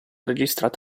registrata